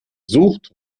sucht